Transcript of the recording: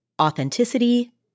authenticity